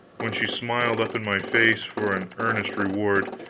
when she smiled up in my face for an earned reward,